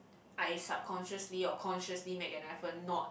I subconsciously or consciously make an effort not